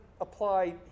apply